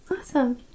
Awesome